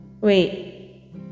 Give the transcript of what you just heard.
wait